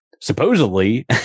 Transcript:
supposedly